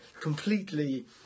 completely